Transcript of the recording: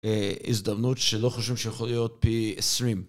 הזדמנות שלא חושבים שיכול להיות פי 20